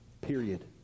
Period